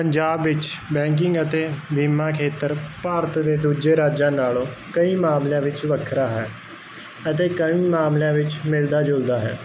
ਪੰਜਾਬ ਵਿੱਚ ਬੈਂਕਿੰਗ ਅਤੇ ਬੀਮਾ ਖੇਤਰ ਭਾਰਤ ਦੇ ਦੂਜੇ ਰਾਜਾਂ ਨਾਲੋਂ ਕਈ ਮਾਮਲਿਆਂ ਵਿੱਚ ਵੱਖਰਾ ਹੈ ਅਤੇ ਕਈ ਮਾਮਲਿਆਂ ਵਿੱਚ ਮਿਲਦਾ ਜੁਲਦਾ ਹੈ